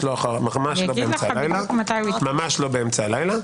באמצע הלילה.